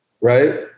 Right